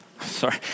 Sorry